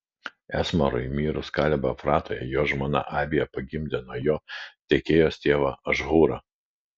esromui mirus kalebo efratoje jo žmona abija pagimdė nuo jo tekojos tėvą ašhūrą